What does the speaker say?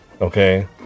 okay